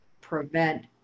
prevent